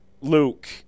Luke